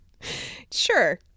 Sure